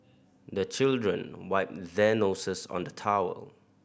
the children wipe their noses on the towel